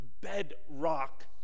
bedrock